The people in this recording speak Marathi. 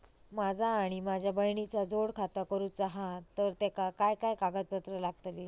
माझा आणि माझ्या बहिणीचा जोड खाता करूचा हा तर तेका काय काय कागदपत्र लागतली?